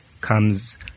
comes